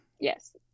Yes